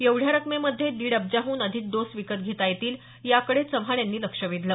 एवढ्या रकमेमध्ये दीड अब्जाहून अधिक डोस विकत घेता येतील याकडे चव्हाण यांनी लक्ष वेधलं